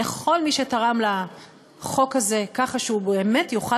לכל מי שתרם לחוק הזה כך שהוא באמת יוכל